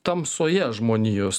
tamsoje žmonijos